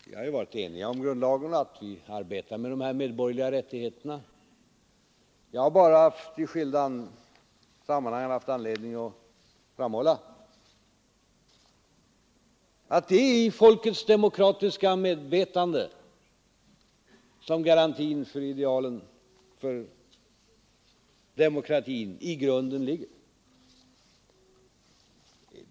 Det har ju varit enighet om grundlagen, och vi arbetar med frågan om de medborgerliga rättigheterna. Jag har bara i skilda sammanhang haft anledning att framhålla att det är i folkets demokratiska medvetande som garantin för demokratin i grunden ligger.